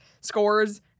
scores